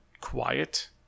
quiet